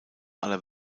aller